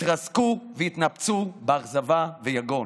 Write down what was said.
התרסקו והתנפצו באכזבה ויגון.